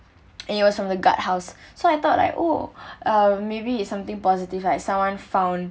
and it was from the guardhouse so I thought like oh uh maybe it's something positive like someone found